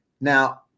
now